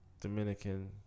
Dominican